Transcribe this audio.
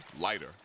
lighter